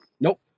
Nope